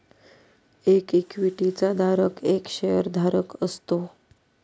एक इक्विटी चा धारक एक शेअर धारक असतो